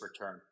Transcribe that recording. return